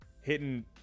hitting